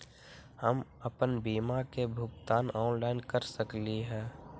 हम अपन बीमा के भुगतान ऑनलाइन कर सकली ह?